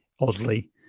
oddly